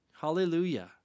Hallelujah